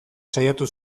saiatu